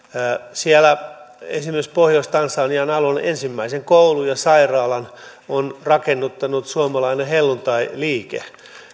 esimerkiksi pohjois tansanian alueella ensimmäisen koulun ja sairaalan on rakennuttanut suomalainen helluntailiike